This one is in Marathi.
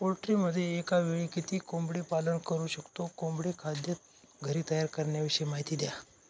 पोल्ट्रीमध्ये एकावेळी किती कोंबडी पालन करु शकतो? कोंबडी खाद्य घरी तयार करण्याविषयी माहिती द्या